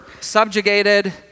subjugated